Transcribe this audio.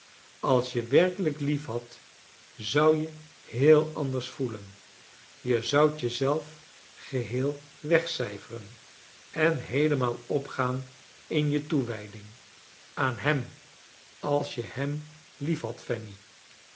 als je werkelijk liefhadt zou je heel anders voelen je zoudt je zelf geheel wegcijferen en heelemaal opgaan in je toewijding chables dickens aan hem als je hem